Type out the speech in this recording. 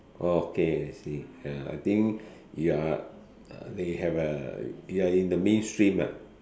oh okay I see ya I think you are I think you have a you are in the mainstream ah